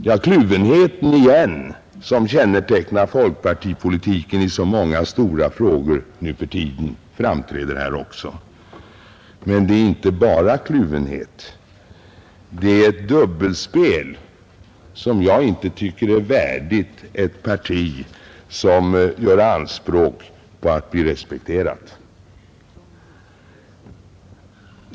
Ja, den kluvenhet som kännetecknar folkpartipolitiken i så många stora frågor framträder här återigen. Men det är inte bara kluvenhet — det är ett dubbelspel som jag inte tycker är värdigt ett parti som gör anspråk på att bli respekterat.